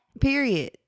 Period